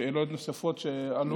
שאלות נוספות שעלו?